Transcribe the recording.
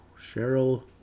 Cheryl